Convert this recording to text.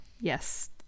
yes